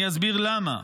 אני אסביר למה.